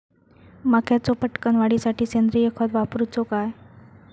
मक्याचो पटकन वाढीसाठी सेंद्रिय खत वापरूचो काय?